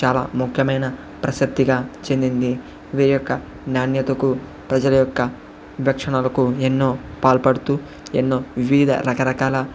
చాలా ముఖ్యమైన ప్రసిద్ధిగా చెందింది వీరి యొక్క నాణ్యతకు ప్రజల యొక్క దక్షిణాలకు ఎన్నో పాల్పడుతూ ఎన్నో వివిధ రకరకాల